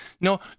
no